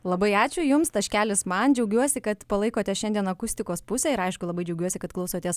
labai ačiū jums taškelis man džiaugiuosi kad palaikote šiandien akustikos pusę ir aišku labai džiaugiuosi kad klausotės